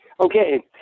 Okay